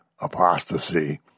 apostasy